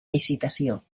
licitació